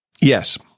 yes